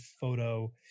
photo